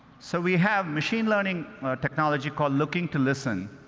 so, we have machine learning technology called looking to listen.